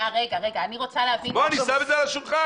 אני שם את זה על השולחן.